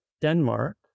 Denmark